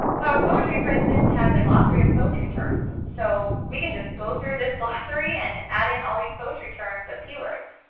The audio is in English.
power poetry for instance, has a glossary of poetry terms. so we can just go through this glossary and add in all of these poetry terms as keywords.